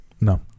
No